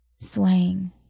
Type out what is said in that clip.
swaying